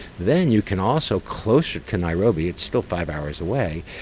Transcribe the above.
then you can also, closer to nairobi, it's still five hours away,